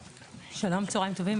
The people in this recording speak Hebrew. שלום וצהרים טובים,